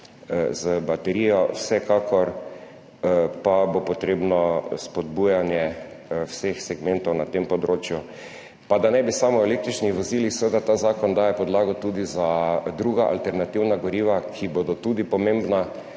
z baterijo. Vsekakor pa bo potrebno spodbujanje vseh segmentov na tem področju. Pa da ne bi samo o električnih vozilih, seveda ta zakon daje podlago tudi za druga alternativna goriva, ki bodo tudi pomembna,